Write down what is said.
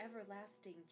everlasting